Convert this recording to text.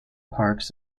parks